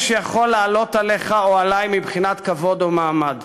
שיכול לעלות עליך או עלי מבחינת כבוד או מעמד.